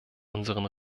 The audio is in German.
unseren